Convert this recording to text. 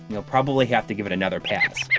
you'll probably have to give it another pass.